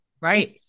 Right